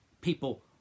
people